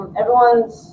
everyone's